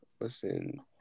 listen